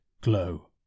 glow